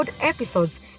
episodes